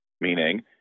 meaning